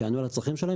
שיענו על הצרכים שלהם,